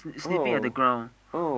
oh oh